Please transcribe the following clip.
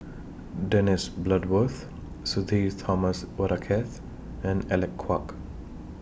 Dennis Bloodworth Sudhir Thomas Vadaketh and Alec Kuok